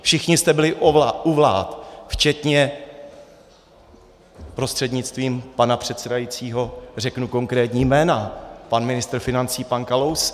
Všichni jste byli u vlád, včetně prostřednictvím pana předsedajícího řeknu konkrétní jména, pana ministra financí pana Kalouska.